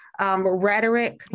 rhetoric